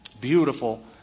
Beautiful